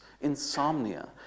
insomnia